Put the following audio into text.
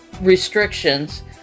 restrictions